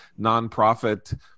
nonprofit